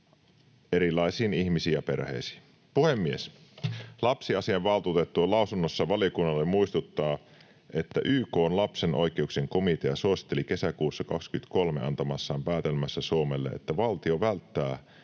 erilaisiin ihmisiin ja perheisiin. Puhemies! Lapsiasiainvaltuutettu lausunnossaan valiokunnalle muistuttaa, että YK:n lapsen oikeuksien komitea suositteli kesäkuussa 23 antamassaan päätelmässä Suomelle, että valtio välttää